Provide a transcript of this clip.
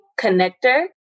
connector